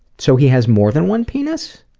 so he has more than one penis?